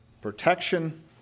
protection